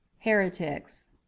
heretics.